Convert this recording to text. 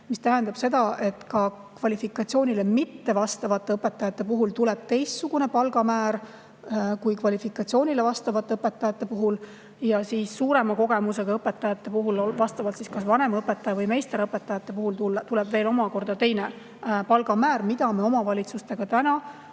See tähendab seda, et kvalifikatsiooninõuetele mittevastavate õpetajate puhul tuleb teistsugune palgamäär kui kvalifikatsiooninõuetele vastavate õpetajate puhul ja suurema kogemusega õpetajate puhul. Vanemõpetajate ja meisterõpetajate puhul tuleb veel omakorda teine palgamäär, mille me omavalitsustega